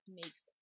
makes